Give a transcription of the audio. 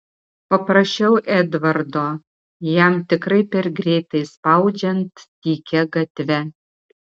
paprašiau edvardo jam tikrai per greitai spaudžiant tykia gatve